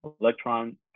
electron